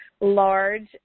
large